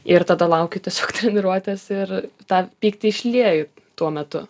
ir tada laukiu tiesiog treniruotės ir tą pyktį išlieju tuo metu